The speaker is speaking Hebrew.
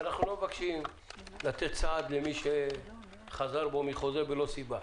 אנחנו לא מבקשים לתת סעד למי שחזר בו מחוזה ללא סיבה.